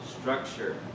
structure